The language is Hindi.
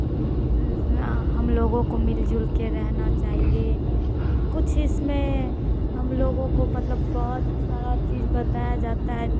हम लोगों को मिल जुल कर रहना चाहिए कुछ इसमें हम लोगों को मतलब बहुत सारा चीज़ बताया जाता है